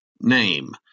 name